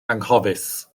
anghofus